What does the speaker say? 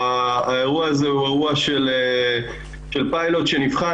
האירוע הזה הוא אירוע של פיילוט שנבחן,